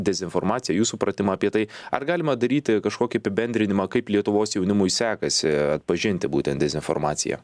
dezinformaciją jų supratimą apie tai ar galima daryti kažkokį apibendrinimą kaip lietuvos jaunimui sekasi atpažinti būtent dezinformaciją